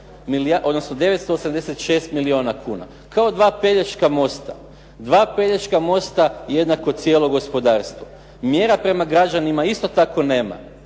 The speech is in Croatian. odnosno 976 milijuna kuna. Kao dva Pelješka mosta, dva Pelješka mosta jednako cijelo gospodarstvo. Mjera prema građanima isto tako nema,